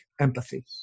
Empathy